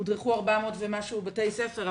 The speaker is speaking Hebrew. בשנה האחרונה הודרכו 400 ומשהו בתי ספר,